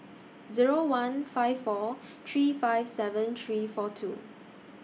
Zero one five four three five seven three four two